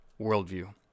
worldview